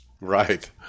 right